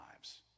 lives